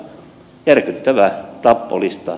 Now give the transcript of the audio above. järkyttävä tappolista